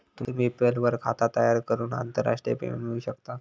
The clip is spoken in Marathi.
तुम्ही पेपल वर खाता तयार करून आंतरराष्ट्रीय पेमेंट मिळवू शकतास